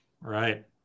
right